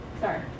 sorry